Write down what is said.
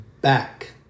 back